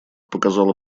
показала